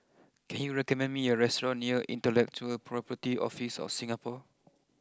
can you recommend me a restaurant near Intellectual Property Office of Singapore